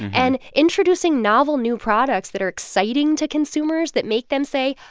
and introducing novel, new products that are exciting to consumers that make them say,